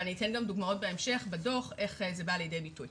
ואתן גם דוגמאות בהמשך איך זה בא לידי ביטוי.